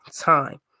time